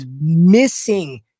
missing –